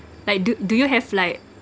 like do do you have like